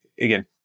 again